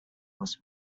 was